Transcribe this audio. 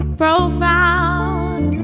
profound